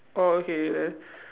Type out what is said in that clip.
orh okay you have